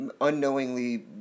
unknowingly